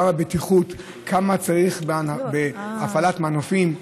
כמה בטיחות צריך בהפעלת מנופים.